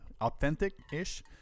Authentic-ish